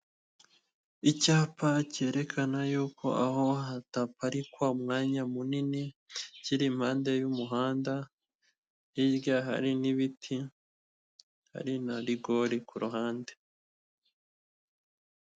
Icyapa cyerekana yuko aho hataparikwa umwanya munini kiri impande y'umuhanda, hirya hari n'ibiti hari na rigori ku ruhande.